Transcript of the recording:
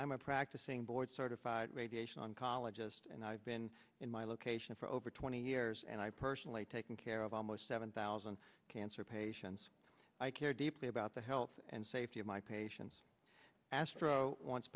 i'm a practicing board certified radiation oncologist and i've been in my location for over twenty years and i personally taking care of almost seven thousand cancer patients i care deeply about the health and safety of my patients astro wants